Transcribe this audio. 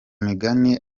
migani